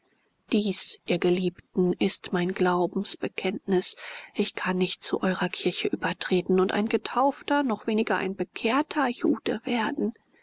dies ihr geliebten ist mein glaubensbekenntnis ich kann nicht zu eurer kirche übertreten und ein getaufter noch weniger ein bekehrter jude werden